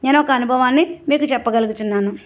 నేనొక అనుభవాన్ని మీకు చెప్పగలుగుచున్నాను